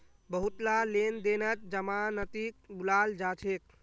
बहुतला लेन देनत जमानतीक बुलाल जा छेक